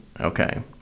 okay